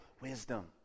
wisdom